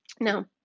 Now